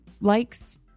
likes